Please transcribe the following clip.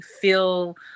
feel